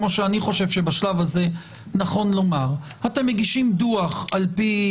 כפי שאני חושב שבשלב הזה נכון לומר: אתם מגישים דוח על פי